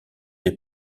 les